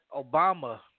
Obama